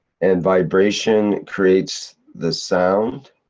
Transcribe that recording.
and vibration creates the sound?